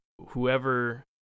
whoever